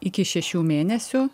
iki šešių mėnesių